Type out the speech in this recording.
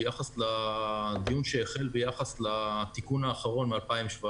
ביחס לדיון שהחל ביחס לתיקון האחרון מ-2017,